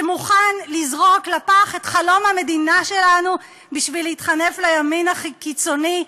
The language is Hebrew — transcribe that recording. שמוכן לזרוק לפח את חלום המדינה שלנו בשביל להתחנף לימין הקיצוני,